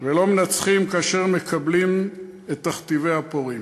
ולא מנצחים כאשר מקבלים את תכתיבי הפורעים,